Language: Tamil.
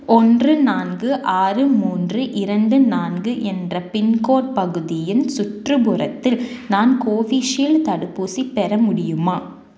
ஒன்று நான்கு ஆறு மூன்று இரண்டு நான்கு என்ற பின்கோடு பகுதியின் சுற்றுப்புறத்தில் நான் கோவிஷீல்டு தடுப்பூசி பெற முடியுமா